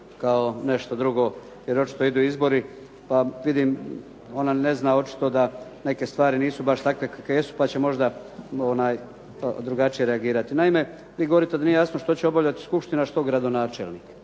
kao nešto drugo. Jer očito idu izbori pa vidim ona ne zna očito da neke stvari nisu baš takve kakve jesu, pa će možda drugačije reagirati. Naime, vi govorite da nije jasno što će obavljati skupština, a što gradonačelnik.